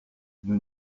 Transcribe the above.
nous